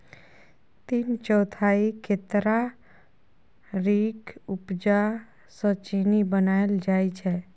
तीन चौथाई केतारीक उपजा सँ चीन्नी बनाएल जाइ छै